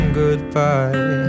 goodbye